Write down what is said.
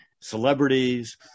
celebrities